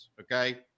Okay